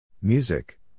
Music